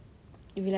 become like them